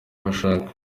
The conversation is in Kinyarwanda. bashaka